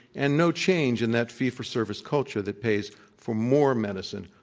and no change in that fee for service culture that pays for more medicine,